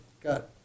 got